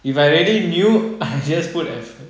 if I already knew I just put effort